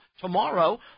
tomorrow